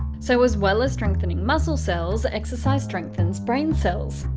so as well as strengthening muscle cells, exercise strengthens brain cells.